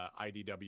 IDW